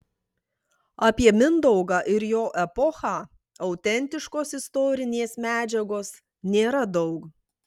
apie mindaugą ir jo epochą autentiškos istorinės medžiagos nėra daug